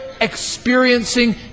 experiencing